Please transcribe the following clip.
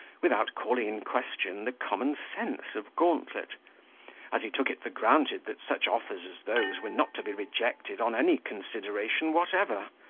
without calling in question the common sense of gauntlet as he took it for granted that such offers as those were not to be rejected on any consideration whatever.